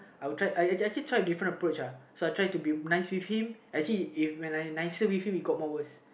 I would I actually tried different approach uh so I tried to be nice with him actually if when I nicer with him it got more worse uh